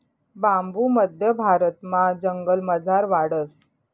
बांबू मध्य भारतमा जंगलमझार वाढस